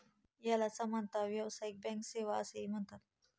याला सामान्यतः व्यावसायिक बँक सेवा असेही म्हणतात